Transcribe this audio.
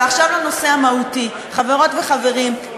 ועכשיו לנושא המהותי: חברות וחברים,